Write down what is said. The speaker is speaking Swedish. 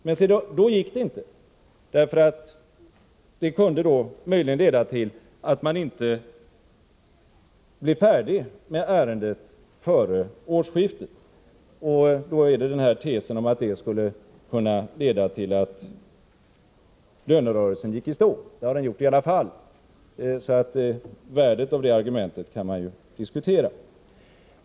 Men då gick det inte att få någon granskning, eftersom en sådan möjligen skulle kunna leda till att riksdagen inte blev färdig med ärendet före årsskiftet. Som skäl till det har anförts att det skulle kunna leda till att lönerörelsen gick i stå. Det har den gjort i alla fall, så värdet av det argumentet kan man diskutera.